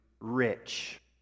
rich